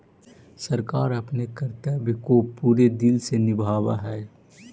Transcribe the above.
सरकार अपने कर्तव्य को पूरे दिल से निभावअ हई